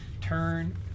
turn